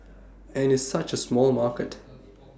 and it's such A small market